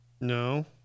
No